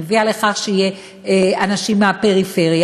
היא הביאה לכך שיהיו אנשים מהפריפריה,